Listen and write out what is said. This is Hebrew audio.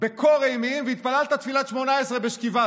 בקור אימים, והתפללת תפילת 18 בשכיבה?